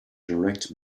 direct